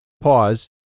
pause